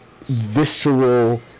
visceral